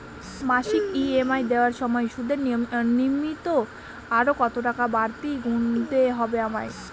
মাসিক ই.এম.আই দেওয়ার সময়ে সুদের নিমিত্ত আরো কতটাকা বাড়তি গুণতে হবে আমায়?